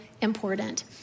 important